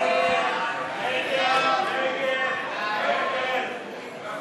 ההסתייגות (14)